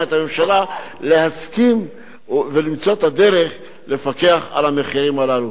את הממשלה להסכים ולמצוא את הדרך לפקח על המחירים הללו.